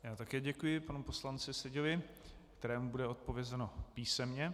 Já také děkuji panu poslanci Seďovi, kterému bude odpovězeno písemně.